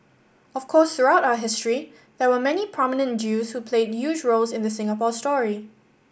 of course throughout our history there were many prominent Jews who played huge roles in the Singapore story